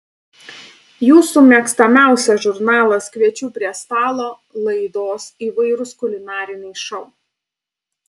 jūsų mėgstamiausias žurnalas kviečiu prie stalo laidos įvairūs kulinariniai šou